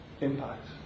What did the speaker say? impact